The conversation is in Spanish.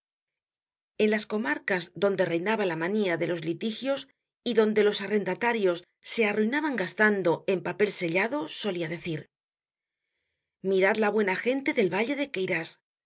en las comarcas donde reinaba la manía de los litigios y donde los arrendatarios se arruinaban gastando en papel sellado solia decir mirad la buena gente del valle de